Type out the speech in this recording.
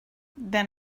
then